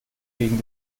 gegen